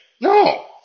No